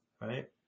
right